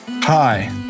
hi